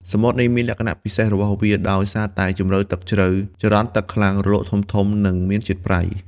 សមុទ្រនេះមានលក្ខណៈពិសេសរបស់វា ដោយសារតែជម្រៅទឹកជ្រៅ ចរន្តទឹកខ្លាំង រលកធំៗ និងមានជាតិប្រៃ។